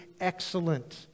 excellent